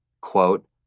quote